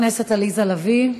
חברת הכנסת עליזה לביא,